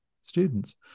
students